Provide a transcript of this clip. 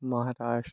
Maharashtra